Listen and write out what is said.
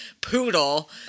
poodle